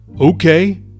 okay